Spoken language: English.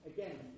Again